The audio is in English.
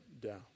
down